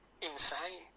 insane